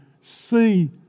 see